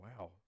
Wow